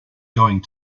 going